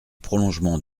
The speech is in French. prolongement